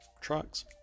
trucks